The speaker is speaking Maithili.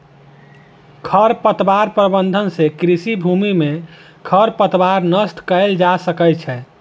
खरपतवार प्रबंधन सँ कृषि भूमि में खरपतवार नष्ट कएल जा सकै छै